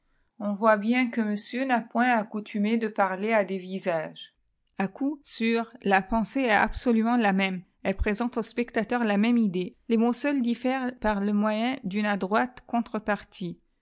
on voit bien que monsieur n'a point accoutumé de parler à des visages a coup sûr la pei ée est absoluoient la même elle présente au spectateur la même idée les mots seuls diffèrent par le moyen d'une adroite contre-partie